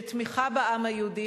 של תמיכה בעם היהודי,